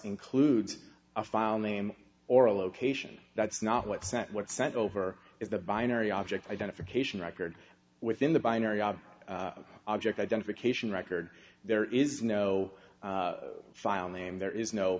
includes a filename or a location that's not what sent what sent over is the binary object identification record within the binary obs object identification record there is no filename there is no